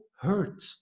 hurt